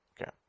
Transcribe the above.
Okay